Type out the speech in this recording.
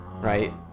Right